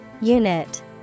Unit